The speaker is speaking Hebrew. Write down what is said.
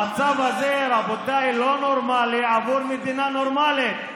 המצב הזה, רבותיי, לא נורמלי עבור מדינה נורמלית,